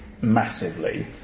massively